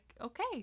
okay